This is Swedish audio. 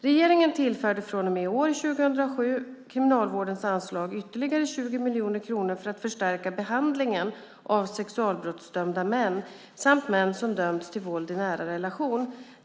Regeringen tillförde från och med år 2007 Kriminalvårdens anslag ytterligare 20 miljoner kronor för att förstärka behandlingen av sexualbrottsdömda män samt män som dömts för våld i nära relationer.